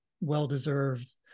well-deserved